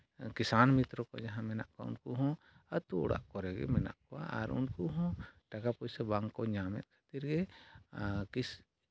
ᱠᱤᱥᱟᱱ ᱢᱤᱛᱨᱚ ᱠᱚ ᱡᱟᱦᱟᱸ ᱢᱮᱱᱟᱜ ᱠᱚᱣᱟ ᱩᱱᱠᱩᱦᱚᱸ ᱟᱹᱛᱩ ᱚᱲᱟᱜ ᱠᱚᱨᱮᱜᱮ ᱢᱮᱱᱟᱜ ᱠᱚᱣᱟ ᱟᱨ ᱩᱱᱠᱩ ᱦᱚᱸ ᱴᱟᱠᱟ ᱯᱩᱭᱥᱟᱹ ᱵᱟᱝᱠᱚ ᱧᱟᱢᱮᱫ ᱠᱷᱟᱹᱛᱤᱨᱼᱜᱮ ᱛᱤᱥ